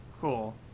Cool